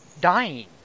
dying